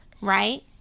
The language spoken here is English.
right